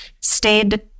stayed